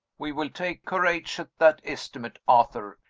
we will take her age at that estimate, arthur.